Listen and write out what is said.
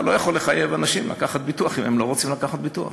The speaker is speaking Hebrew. אתה לא יכול לחייב אנשים לקחת ביטוח אם הם לא רוצים לקחת ביטוח.